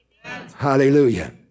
Hallelujah